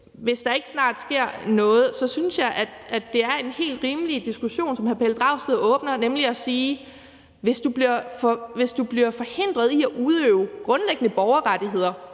Hvis der ikke snart sker noget, synes jeg, at det er en helt rimelig diskussion, som hr. Pelle Dragsted åbner, nemlig at sige, at hvis du bliver forhindret i at udøve grundlæggende borgerrettigheder,